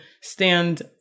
stand